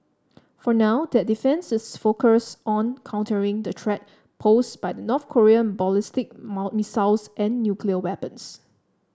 for now that defence is focused on countering the threat posed by North Korean ballistic missiles and nuclear weapons